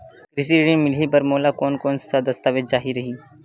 कृषि ऋण मिलही बर मोला कोन कोन स दस्तावेज चाही रही?